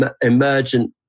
emergent